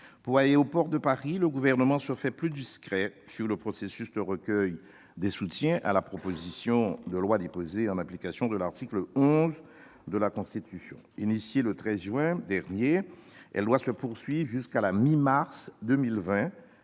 Paris, en revanche, le Gouvernement se fait plus discret sur le processus de recueil des soutiens à la proposition de loi déposée en application de l'article 11 de la Constitution. Engagé le 13 juin dernier, ce processus doit se poursuivre jusqu'à la mi-mars 2020,